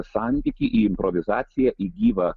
santykį į improvizaciją į gyvą